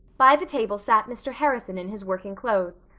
by the table sat mr. harrison in his working clothes,